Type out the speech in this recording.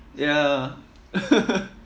ya